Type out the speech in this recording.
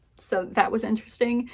so that was interesting.